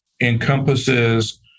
encompasses